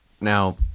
now